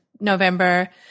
November